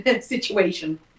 situation